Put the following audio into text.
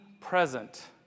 Present